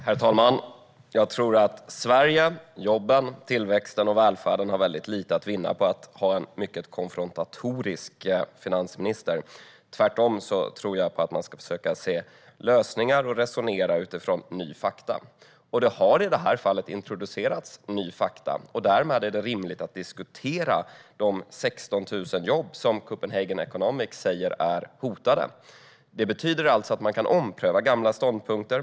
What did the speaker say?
Herr talman! Jag tror att Sverige, jobben, tillväxten och välfärden har väldigt lite att vinna på att vi har en mycket konfrontatorisk finansminister. Tvärtom tror jag att man ska söka lösningar och resonera utifrån nya fakta. I detta fall har nya fakta introducerats, och därför är det rimligt att diskutera de 16 000 jobb som enligt Copenhagen Economics är hotade. Det betyder alltså att man kan ompröva gamla ståndpunkter.